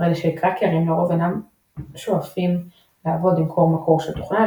הרי שקראקרים לרוב אינם שואפים לעבוד עם קוד המקור של תוכנה,